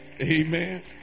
Amen